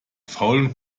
faulen